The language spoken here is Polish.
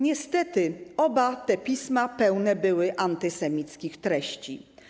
Niestety oba te pisma pełne były antysemickich treści.